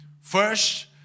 First